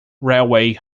railway